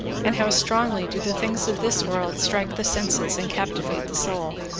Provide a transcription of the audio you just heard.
and how strongly do the things of this world strike the senses and captivate the soul